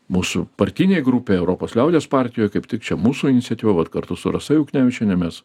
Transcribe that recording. mūsų partinė grupė europos liaudies partijoj kaip tik čia mūsų iniciatyva vat kartu su rasa juknevičiene mes